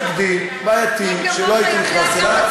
תקדים בעייתי שלא הייתי נכנס אליו.